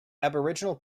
aboriginal